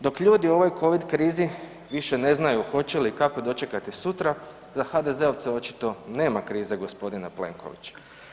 Dok ljudi u ovoj covid krizi više ne znaju, hoće li i kako dočekati sutra za HDZ-ovce očito nema krize gospodine Plenković.